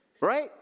Right